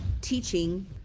teaching